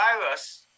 virus